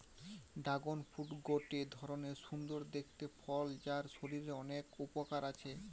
dragon fruit গটে ধরণের সুন্দর দেখতে ফল যার শরীরের অনেক উপকার আছে